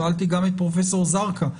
שאלתי גם את פרופ' זרקא,